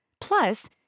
Plus